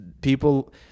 people